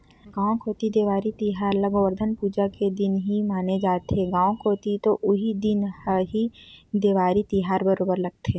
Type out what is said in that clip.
गाँव कोती देवारी तिहार ल गोवरधन पूजा के दिन ही माने जाथे, गाँव कोती तो उही दिन ह ही देवारी तिहार बरोबर लगथे